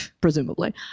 Presumably